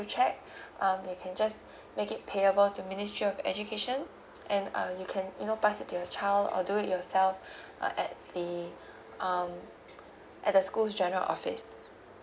cheque um you can just make it payable to ministry of education and uh you can you know pass it to your child or do it yourself uh at the um at the school's general office